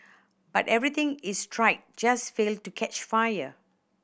but everything is tried just failed to catch fire